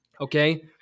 Okay